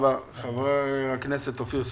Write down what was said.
חבר הכנסת אופיר סופר.